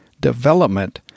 development